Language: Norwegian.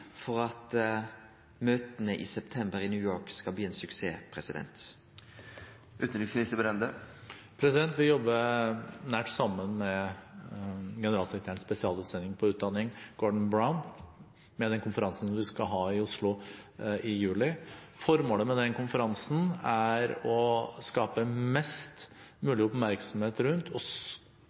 september i New York skal bli ein suksess. Vi jobber nært sammen med generalsekretærens spesialutsending på utdanning, Gordon Brown, om den konferansen som vi skal ha i Oslo i juli. Formålet med den konferansen er å skape mest mulig oppmerksomhet rundt,